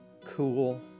cool